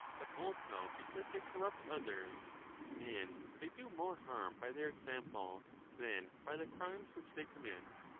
but also because they corrupt others and they do more harm by their example than by the crimes which they commit.